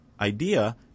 idea